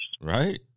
Right